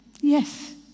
Yes